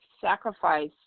sacrifice